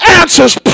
answers